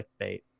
clickbait